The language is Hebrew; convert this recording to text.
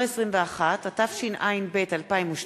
הודעה למזכירת הכנסת, בבקשה.